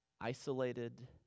Isolated